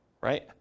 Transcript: Right